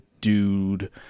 dude